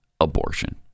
abortion